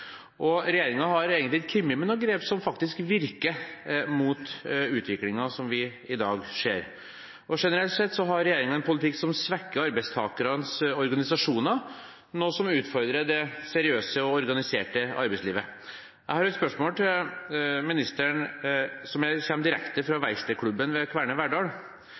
og regjeringen har egentlig ikke kommet med noen grep som faktisk virker mot utviklingen som vi i dag ser. Generelt sett har regjeringen en politikk som svekker arbeidstakernes organisasjoner, noe som utfordrer det seriøse og organiserte arbeidslivet. Jeg har et spørsmål til ministeren som kommer direkte fra verkstedklubben ved Kværner Verdal.